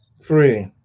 three